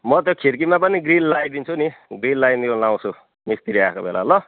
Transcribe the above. म त खिर्कीमा पनि ग्रिल लगाइदिन्छु नि ग्रिल लगाइदिन लगाउँछु मिस्त्री आएको बेला ल